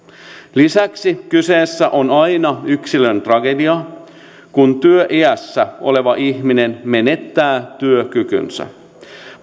lisäksi kyseessä on aina yksilön tragedia kun työiässä oleva ihminen menettää työkykynsä